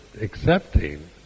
accepting